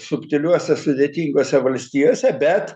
subtiliuose sudėtingose valstijose bet